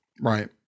Right